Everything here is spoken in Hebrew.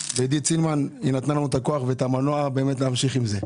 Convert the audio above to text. ועידית סילמן נתנה לנו את הכוח והמנוע באמת להמשיך עם זה.